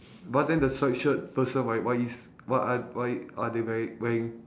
but then the stripe shirt person right why is what are why are they weari~ wearing